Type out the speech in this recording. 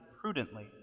prudently